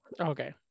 Okay